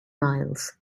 miles